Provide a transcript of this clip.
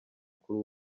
kuri